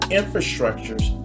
infrastructures